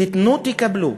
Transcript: תיתנו, תקבלו.